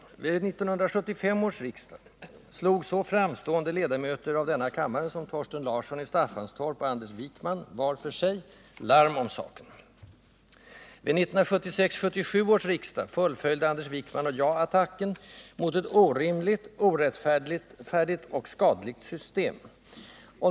Vid 1975 års riksdag slog så framstående ledamöter av denna kammare som Thorsten Larsson i Staffanstorp och Anders Wijkman, var för sig, larm om saken. Vid 1976/77 års riksdag fullföljde Anders Wijkman och jag attacken mot ett orimligt, orättfärdigt och skadligt system.